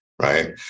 right